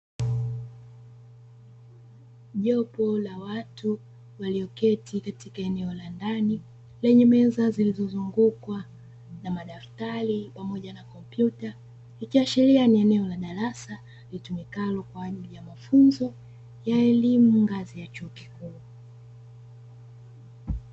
Jopo la watu walioketi katika eneo la ndani lenye meza zilizozungukwa na madaftari pamoja na kompyuta, ikiashiria ni eneo la darasa litumikalo kwa ajili ya mafunzo ya elimu ngazi ya chuo kikuu.